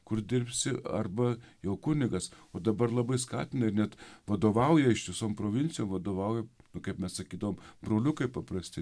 kur dirbsi arba jau kunigas o dabar labai skatina ir net vadovauja ištisom provincijom vadovauja nu kaip mes sakydavom broliukai paprasti